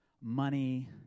money